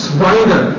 Spider